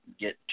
get